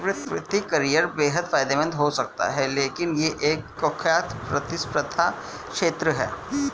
वित्तीय करियर बेहद फायदेमंद हो सकता है लेकिन यह एक कुख्यात प्रतिस्पर्धी क्षेत्र है